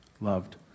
loved